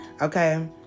okay